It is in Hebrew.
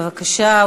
בבקשה,